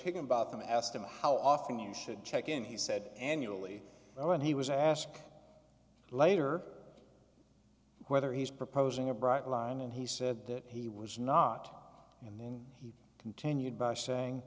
higginbotham asked him how often you should check in he said annually when he was ask later whether he's proposing a bright line and he said that he was not and then he continued by saying